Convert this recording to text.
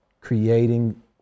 creating